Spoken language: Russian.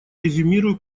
резюмирую